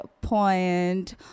point